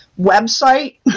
website